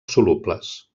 solubles